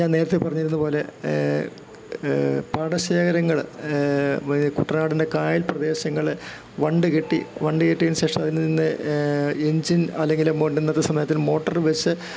ഞാൻ നേരത്തേ പറഞ്ഞിരുന്ന പോലെ പാട ശേഖരങ്ങള് കുട്ടനാടിൻറ്റെ കായൽ പ്രദേശങ്ങള് വണ്ട്ക്കെട്ടി ബണ്ടുകെട്ടിയതിനു ശേഷം അതിനിന്ന് എഞ്ചിൻ അല്ലെങ്കില് മോ സമയത്ത് ഒര് മോട്ടർ വെച്ച്